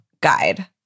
guide